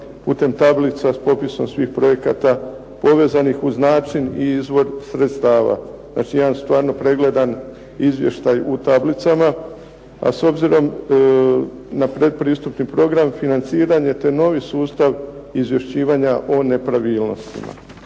putem tablica sa popisom svih projekata povezanih uz način i izvor sredstava, znači jedan stvarno pregledan izvještaj u tablicama, a s obzirom na pretpristupni program financiranje, te novi sustav izvješćivanja o nepravilnostima.